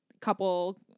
couple